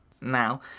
now